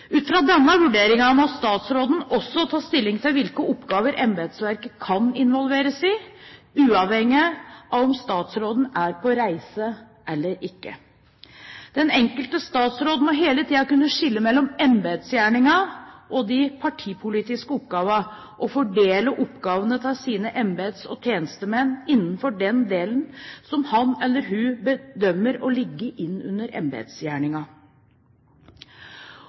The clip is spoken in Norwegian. Ut fra denne vurderingen må statsråden også ta stilling til hvilke oppgaver embetsverket kan involveres i, uavhengig av om statsråden er på reise eller ikke. Den enkelte statsråd må hele tiden kunne skille mellom embetsgjerninger og de partipolitiske oppgavene og fordele oppgaver til sine embets- og tjenestemenn innenfor den delen som han eller hun bedømmer å ligge inn under